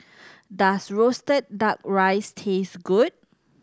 does roasted Duck Rice taste good